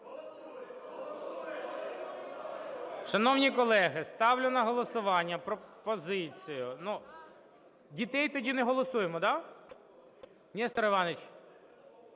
(Шум у залі) Шановні колеги, ставлю на голосування пропозицію… Дітей тоді не голосуємо, да? Нестор Іванович?